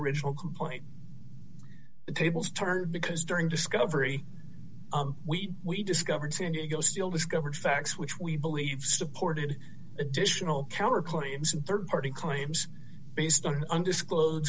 original complaint the tables turned because during discovery we we discovered san diego still discovered facts which we believe supported additional counter claims and rd party claims based on an undisclosed